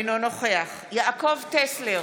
אינו נוכח יעקב טסלר,